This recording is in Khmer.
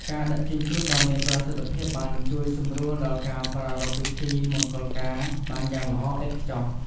ការដឹកជញ្ជូនដ៏មានប្រសិទ្ធភាពបានជួយសម្រួលដល់ការប្រារព្ធពិធីមង្គលការបានយ៉ាងល្អឥតខ្ចោះ។